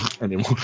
anymore